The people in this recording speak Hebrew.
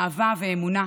אהבה ואמונה,